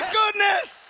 goodness